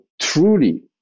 truly